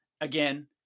again